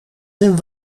zijn